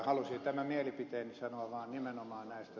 halusin tämän mielipiteeni sanoa vaan nimenomaan näistä